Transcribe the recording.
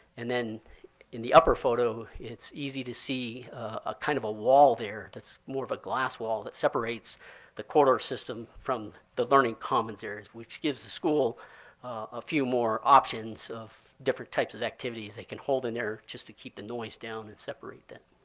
and then in the upper photo, it's easy to see ah kind of a wall there that's more of a glass wall that separates the corridor system from the learning commons areas, areas, which gives the school a few more options of different types of activities they can hold in there just to keep the noise down and separate them.